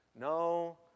no